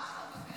ממש לא מוותרת.